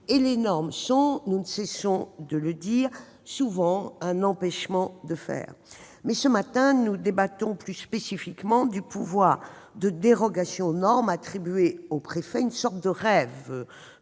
Les normes sont souvent, nous n'arrêtons pas de le dire, un empêchement de faire ! Mais ce matin, nous débattons plus spécifiquement du pouvoir de dérogation aux normes attribué aux préfets, une sorte de rêve